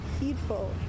heedful